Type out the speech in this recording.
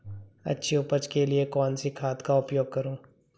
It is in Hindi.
अच्छी उपज के लिए कौनसी खाद का उपयोग करूं?